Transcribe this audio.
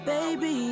Baby